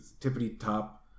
tippity-top